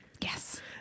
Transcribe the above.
Yes